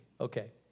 Okay